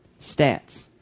Stats